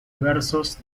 versos